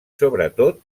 sobretot